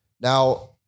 Now